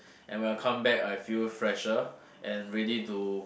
and when I come back I feel fresher and ready to